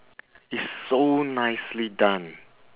it's so nicely done